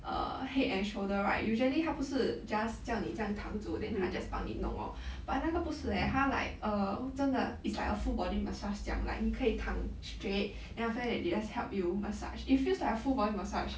err head and shoulder right usually 他不是 just 叫你这羊躺住 then 他 just 帮你弄 hor but 那个不是 leh 他 like err 真的 is like a full body massage 这样 like 你可以躺 straight then after that they just help you massage it feels like a full body massage